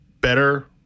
better